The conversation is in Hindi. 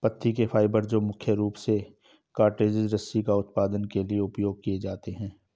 पत्ती के फाइबर जो मुख्य रूप से कॉर्डेज रस्सी का उत्पादन के लिए उपयोग किए जाते हैं